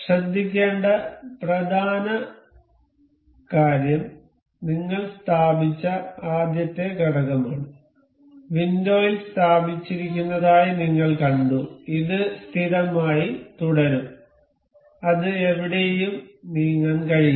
ശ്രദ്ധിക്കേണ്ട പ്രധാന കാര്യം നിങ്ങൾ സ്ഥാപിച്ച ആദ്യത്തെ ഘടകമാണ് വിൻഡോയിൽ സ്ഥാപിച്ചിരിക്കുന്നതായി നിങ്ങൾ കണ്ടു ഇത് സ്ഥിരമായി തുടരും അത് എവിടേയും നീങ്ങാൻ കഴിയില്ല